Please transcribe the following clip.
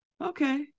Okay